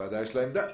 לוועדה יש עמדה.